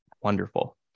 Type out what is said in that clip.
Wonderful